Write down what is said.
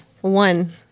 One